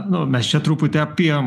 nu mes čia truputį apie